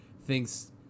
thinks